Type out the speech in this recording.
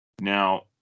Now